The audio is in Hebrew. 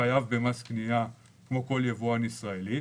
וחייב במס קנייה כמו כל ייבוא ישראלי.